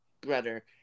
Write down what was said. brother